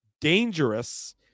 dangerous